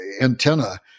antenna